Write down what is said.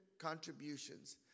contributions